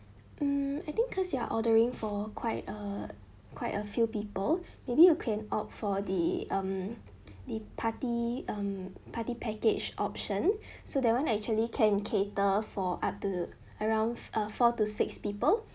mm I think cause you are ordering for quite a quite a few people maybe you can opt for the um the party um party package option so that one actually can cater for up to around uh four to six people